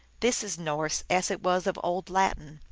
this is norse, as it was of old latin.